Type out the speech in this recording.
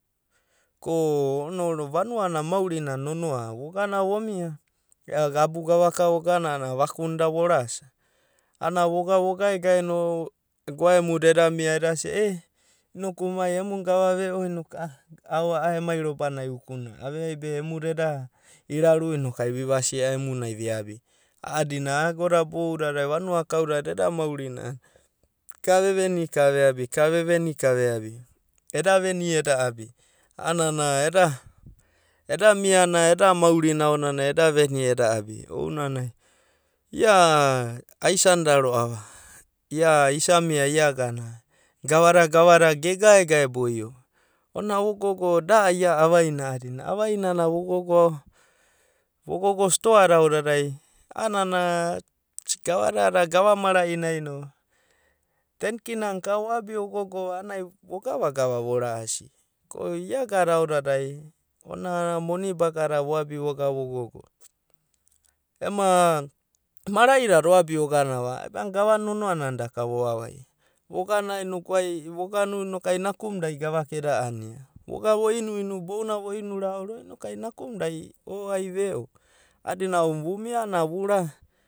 Ko onoro vanuana maurinana nonoa vogana vomia, ago abu gavaka voganana vakuna da vorasa. Ana voga vogaegaeno goaemuda eda mia eda sia e inoki mai emu gava ve'o inoku a'a, ao a'a emai robanai ukuna, aveai be emuda eda iraru inoku ai vivasi emunai vi abi. A'adina agoda boudadai vanuada kaudada eda maurina a'ana ka veveni, ka veabi, ka veveni ka veabi. Eda veni, eda abi a'anana eda eda miana eda maurina aonanai a'ana eda veni eda abi ounanai ia aisanda ro'ava ia isa mia ia agana gavada gavadada gegaegae boio. Ona vogogo da ia avainai a'adina, avainai vogogo vogogo stoa da aodada a'anana gavada a'ana gava mara'inai no ten kina na ka oabia agogova a'ana ai vogavagava vo ra'asi ko ia agada aodadai ona a'anana moni bagada voabi voga vogogo. Ema mara'idada oabi oganava a'ana gavana nonoa nana ka da voabia. Vogana inoku ai vo inoku ai nakumuda gavakeda ania, voga vo inu'inu bounanai vo'inura aora inoku ai nakumuda o ai ve'o a'adina ounanai vumia a'ana vura.